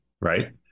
Right